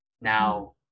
Now